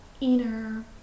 inner